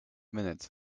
minutes